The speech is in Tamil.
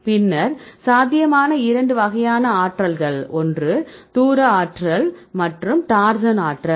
பின்னர் சாத்தியமான 2 வகையான ஆற்றல்கள் ஒன்று தூர ஆற்றல் மற்றும் டார்சன் ஆற்றல்